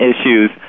issues